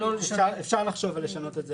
אפשר לחשוב על לשנות את זה.